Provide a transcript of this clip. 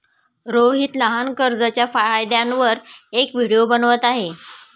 रोहित लहान कर्जच्या फायद्यांवर एक व्हिडिओ बनवत आहे